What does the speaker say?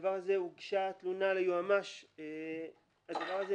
הוגשה תלונה ליועמ"ש והדבר הזה,